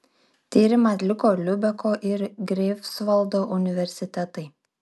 tyrimą atliko liubeko ir greifsvaldo universitetai